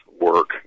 work